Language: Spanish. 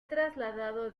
trasladado